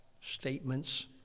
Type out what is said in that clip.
statements